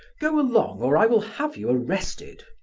go along or i will have you arrested.